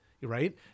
Right